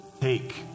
Take